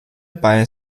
bei